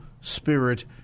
spirit